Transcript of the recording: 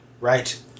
Right